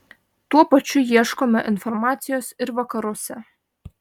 tuo pačiu ieškome informacijos ir vakaruose